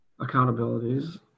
accountabilities